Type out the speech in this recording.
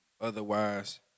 Otherwise